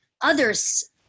others